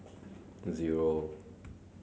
zero